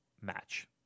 match